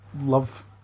love